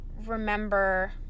remember